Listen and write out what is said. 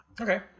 Okay